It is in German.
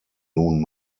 nun